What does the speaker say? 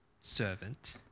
servant